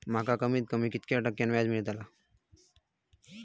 माका कमीत कमी कितक्या टक्क्यान व्याज मेलतला?